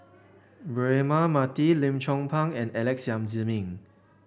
Braema Mathi Lim Chong Pang and Alex Yam Ziming